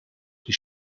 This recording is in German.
die